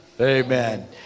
Amen